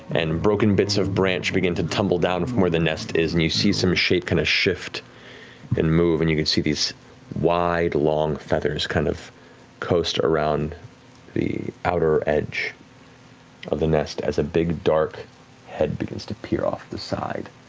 and broken bits of branch begin to tumble down from where the nest is. and you see some shape kind of shift and move and these wide, long feathers kind of coast around the outer edge of the nest as a big dark head begins to peer off the side,